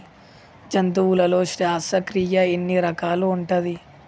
జంతువులలో శ్వాసక్రియ ఎన్ని రకాలు ఉంటది?